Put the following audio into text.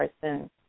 person